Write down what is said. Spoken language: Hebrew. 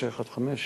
1915?